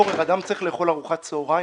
אדם צריך לאכול ארוחת צהרים